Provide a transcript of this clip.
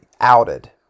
outed